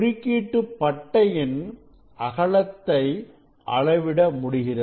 குறுக்கீட்டு பட்டையின் அகலத்தை அளவிட முடிகிறது